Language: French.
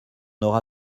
aura